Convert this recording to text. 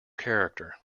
character